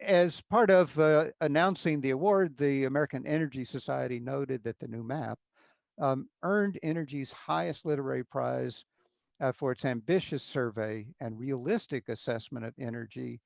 as part of announcing the award, the american energy society noted that the new map earned energy's highest literary prize for its ambitious survey and realistic assessment of energy